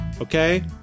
okay